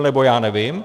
Nebo: Já nevím.